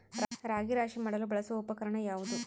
ರಾಗಿ ರಾಶಿ ಮಾಡಲು ಬಳಸುವ ಉಪಕರಣ ಯಾವುದು?